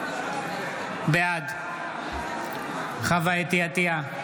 בעד חוה אתי עטייה,